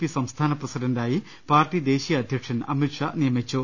P സംസ്ഥാന പ്രസിഡന്റായി party ദേശീയ അധ്യക്ഷൻ അമിതാഷാ നിയമിച്ചു